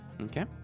Okay